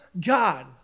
God